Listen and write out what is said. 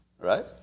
right